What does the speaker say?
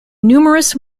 numerous